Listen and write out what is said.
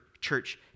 Church